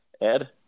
Ed